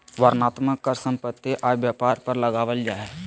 वर्णनात्मक कर सम्पत्ति, आय, व्यापार पर लगावल जा हय